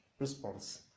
response